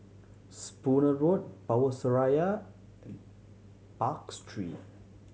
Spooner Road Power Seraya Park Street